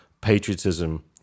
Patriotism